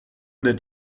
that